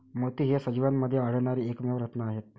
मोती हे सजीवांमध्ये आढळणारे एकमेव रत्न आहेत